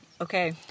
Okay